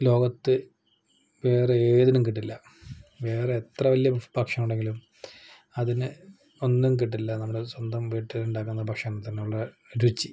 ലോകത്ത് വേറെ ഏതിനും കിട്ടില്ല വേറെ എത്ര വലിയ ഭക്ഷണം ഉണ്ടെങ്കിലും അതിന് ഒന്നും കിട്ടില്ല നമ്മുടെ സ്വന്തം വീട്ടിൽ ഉണ്ടാക്കുന്ന ഭക്ഷണത്തിനുള്ള രുചി